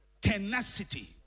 tenacity